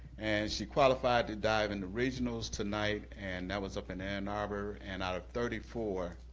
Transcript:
and she qualified to dive in the regionals tonight, and that was up in ann arbor, and out of thirty four,